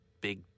big